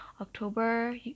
October